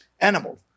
animal